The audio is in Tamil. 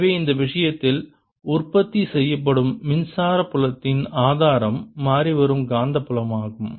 எனவே இந்த விஷயத்தில் உற்பத்தி செய்யப்படும் மின்சார புலத்தின் ஆதாரம் மாறிவரும் காந்தப்புலமாகும்